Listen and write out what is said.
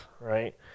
right